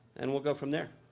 and we'll go from there.